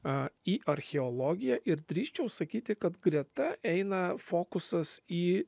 a į archeologiją ir drįsčiau sakyti kad greta eina fokusas į